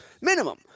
minimum